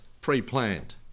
pre-planned